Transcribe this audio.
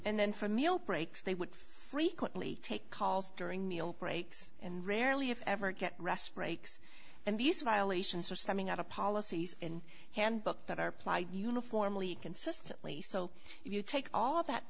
and then for a meal breaks they would frequently take calls during meal breaks and rarely if ever get rest breaks and these violations are stemming out of policies in handbook that are ply uniformly consistently so if you take all of that